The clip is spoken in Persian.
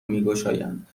میگشایند